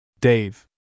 Dave